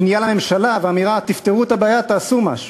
פנייה לממשלה ואמירה: תפתרו את הבעיה, תעשו משהו.